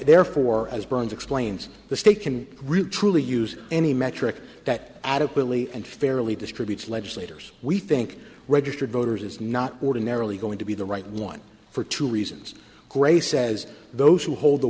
therefore as burns explains the state can really truly use any metric that adequately and fairly distributes legislators we think registered voters is not ordinarily going to be the right one for two reasons gray says those who hold the